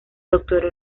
doctoró